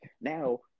Now